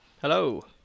Hello